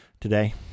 today